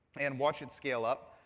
and watch it scale up.